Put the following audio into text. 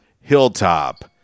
Hilltop